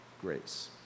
grace